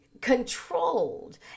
controlled